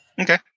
Okay